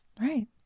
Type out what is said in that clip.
Right